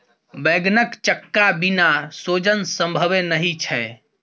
बैंगनक चक्का बिना सोजन संभवे नहि छै